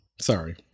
sorry